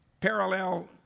parallel